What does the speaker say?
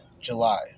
July